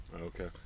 Okay